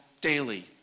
Daily